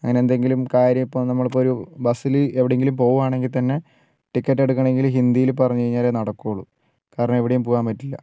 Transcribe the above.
അങ്ങനെ എന്തെങ്കിലും കാര്യം ഇപ്പോൾ നമ്മൾ ഇപ്പോൾ ഒരു ബസ്സിൽ എവിടെയെങ്കിലും പോകുകയാണെങ്കിൽ തന്നെ ടിക്കറ്റ് എടുക്കണമെങ്കിൽ ഹിന്ദിയിൽ പറഞ്ഞു കഴിഞ്ഞാലെ നടക്കൂള്ളു കാരണം എവിടേയും പോകുവാൻ പറ്റില്ല